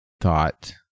thought